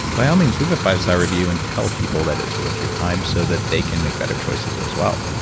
by all means, leave a fivestar review and tell people that it's worth your time so that they can make better choices as well.